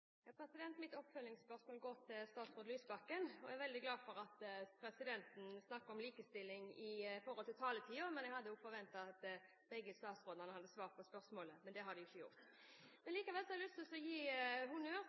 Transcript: veldig glad for at presidenten snakker om likestilling når det gjelder taletiden, men jeg hadde også forventet at begge statsrådene hadde svart på spørsmålet. Det har de ikke gjort. Likevel har jeg lyst til å gi honnør